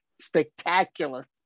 spectacular